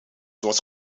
was